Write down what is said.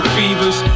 fevers